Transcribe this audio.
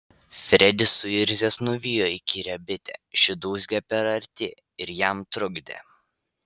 fredis suirzęs nuvijo įkyrią bitę ši dūzgė per arti ir jam trukdė